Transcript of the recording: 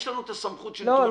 יש לנו את הסמכות שנתונה.